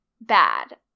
bad